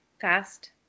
fast